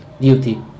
duty